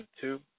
two